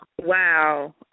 Wow